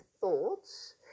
thoughts